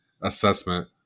assessment